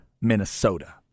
Minnesota